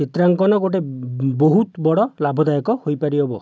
ଚିତ୍ରାଙ୍କନ ଗୋଟିଏ ବହୁତ ବଡ଼ ଲାଭ ଦାୟକ ହୋଇପାରିବ